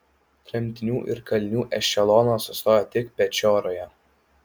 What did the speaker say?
tremtinių ir kalinių ešelonas sustojo tik pečioroje